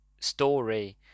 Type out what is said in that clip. story